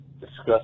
discuss